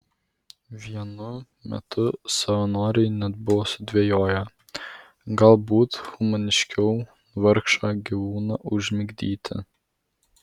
vienu metu savanoriai net buvo sudvejoję galbūt humaniškiau vargšą gyvūną užmigdyti